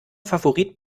favorit